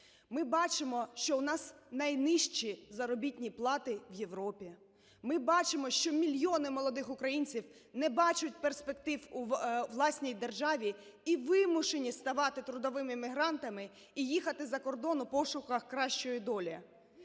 Ми бачимо, що у нас найнижчі заробітні плати в Європі. Ми бачимо, що мільйони молодих українців не бачать перспектив у власній державі і вимушені ставати трудовими мігрантами, і їхати за кордон у пошуках кращої долі.